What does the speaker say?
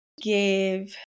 give